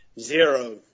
Zero